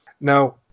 Now